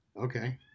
Okay